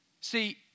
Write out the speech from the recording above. See